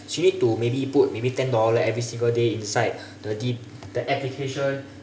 she need to maybe put maybe ten dollar every single day inside the d~ the application